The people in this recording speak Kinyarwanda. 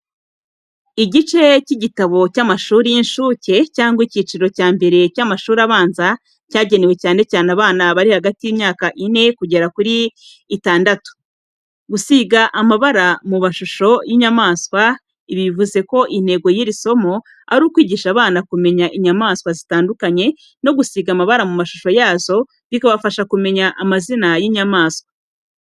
Igice cy’igitabo cy’amashuri y’incuke cyangwa icyiciro cya mbere cy’amashuri abanza, cyagenewe cyane cyane abana bari hagati y’imyaka ine kugeza kuri itandatu. Gusiga amabara mu mashusho y’inyamaswa. Ibi bivuga ko intego y’iri somo ari ukwigisha abana kumenya inyamaswa zitandukanye no gusiga amabara mu mashusho yazo, bikabafasha kumenya amazina y’inyamaswa.